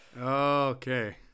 Okay